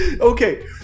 Okay